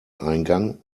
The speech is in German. eingang